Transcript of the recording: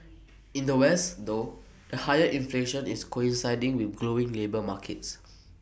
in the west though the higher inflation is coinciding with glowing labour markets